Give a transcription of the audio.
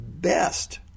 best